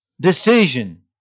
decision